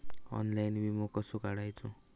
Online विमो कसो काढायचो?